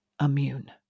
immune